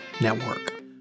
Network